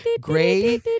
Gray